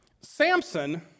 Samson